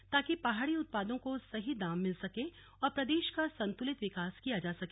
ताकि पहाड़ी उत्पादों को सही दाम मिल सके और प्रदेश का संतुलित विकास किया जा सके